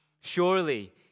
Surely